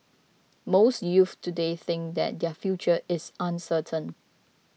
most youths today think that their future is uncertain